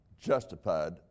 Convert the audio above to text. justified